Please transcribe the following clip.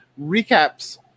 recaps